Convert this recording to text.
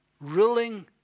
Ruling